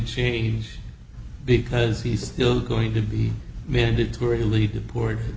change because he's still going to be mandatory lead to po